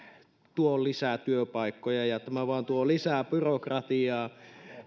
tuo lisää työpaikkoja tämä vain tuo lisää byrokratiaa